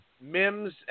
Mims